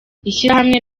ishyirahamwe